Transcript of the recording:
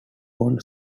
won